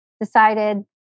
decided